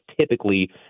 typically